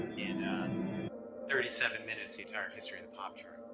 in thirty seven minutes the entire history of the pop chart